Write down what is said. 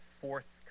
fourth